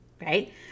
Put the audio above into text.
right